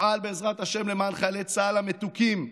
אפעל בעזרת השם למען חיילי צה"ל המתוקים,